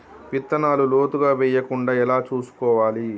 విత్తనాలు లోతుగా వెయ్యకుండా ఎలా చూసుకోవాలి?